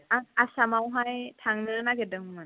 आं आसामावहाय थांनो नागिरदोंमोन